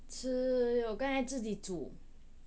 吃刚才自己煮